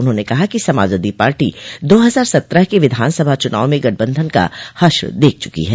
उन्होंने कहा कि समाजवादी पार्टी दो हजार सत्रह के विधानसभा चुनाव में गठबंधन का हश्र देख चुकी है